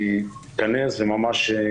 אני אעביר את המסר.